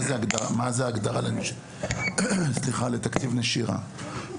מה היא ההגדרה לתקציב נשירה.